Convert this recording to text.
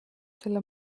selle